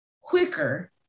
quicker